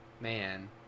man